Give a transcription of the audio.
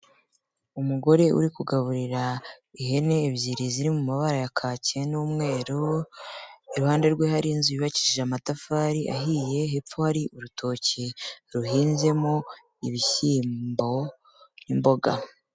Umugore uri kugaburira ihene ebyiri ziri mu mabara ya kaki n'umweru, iruhande rwe hari inzu yubakishije amatafari ahiye, hepfo hari urutoki ruhinzemo ibishyimbo n'imboga.